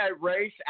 race